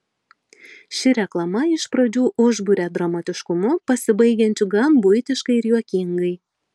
ši reklama iš pradžių užburia dramatiškumu pasibaigiančiu gan buitiškai ir juokingai